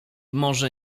może